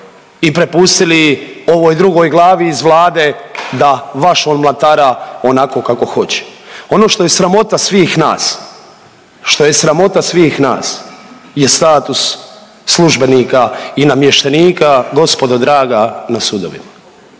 i prepustili ovoj drugoj glavi iz Vlade da vašom mlatara onako kako hoće. Ono što je sramota svih nas, što je sramota svih nas je status službenika i namještenika gospodo draga na sudovima,